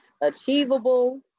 achievable